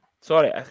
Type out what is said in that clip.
Sorry